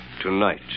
tonight